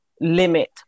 limit